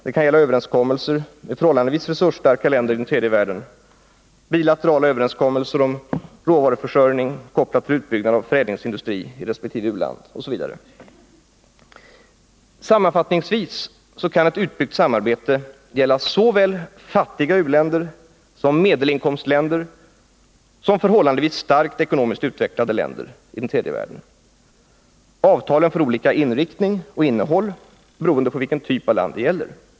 Det kan gälla överenskommelser med förhållandevis resursstarka länder i den tredje världen, bilaterala överenskommelser om råvaruförsörjning kopplade till utbyggnad av förädlingsindustri osv. Sammanfattningsvis kan ett utbyggt samarbete gälla såväl fattiga u-länder som medelinkomstländer och förhållandevis starkt ekonomiskt utvecklade länder i tredje världen. Avtalen får olika inriktning och innehåll beroende på vilken typ av land det gäller.